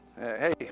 Hey